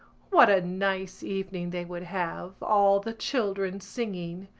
what a nice evening they would have, all the children singing!